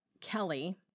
Kelly